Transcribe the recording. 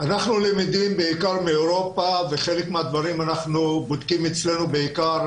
אנחנו למדים בעיקר מאירופה - וחלק מהדברים אנחנו בודקים אצלנו בעיקר